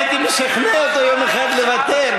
הייתי משכנע אותו לוותר על יום אחד.